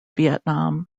vietnam